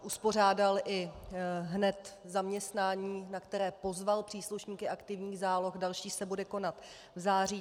Uspořádal hned i zaměstnání, na které pozval příslušníky aktivních záloh, další se bude konat v září.